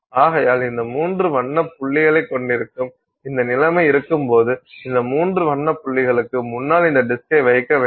ஆகையால் இந்த மூன்று வண்ண புள்ளிகளைக்கொண்டிருக்கும் இந்த நிலைமை இருக்கும்போது இந்த மூன்று வண்ண புள்ளிகளுக்கு முன்னால் இந்த டிஸ்கை வைக்க வேண்டும்